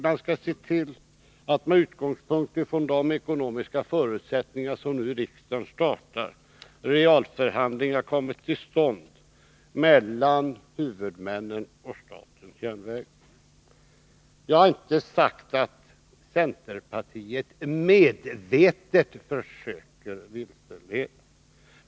Man skall se till att med utgångspunkt i de ekonomiska förutsättningar som riksdagen nu skapar reella förhandlingar kommer till stånd mellan huvudmännen och statens järnvägar. Jag har inte sagt att centerpartiet medvetet försöker vilseleda.